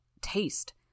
taste